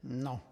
No.